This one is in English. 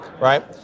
right